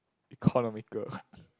economical